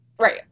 Right